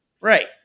Right